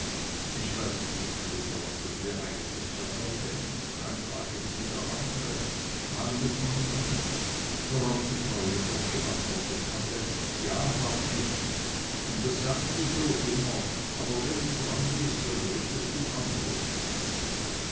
ich weiß nicht mutter was du dir eigentlich dabei denkst ein tag ist wie der andre mal muß man ran worauf die frau jedoch geantwortet hatte ja hartwig das sagst du so immer aber wenn du dran bist dann redst du anders